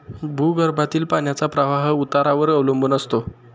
भूगर्भातील पाण्याचा प्रवाह उतारावर अवलंबून असतो